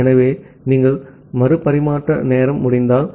ஆகவே மறு பரிமாற்ற நேரம் முடிந்தால்